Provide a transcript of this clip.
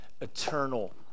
eternal